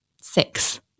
six